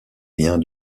liens